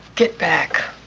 get back.